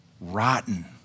rotten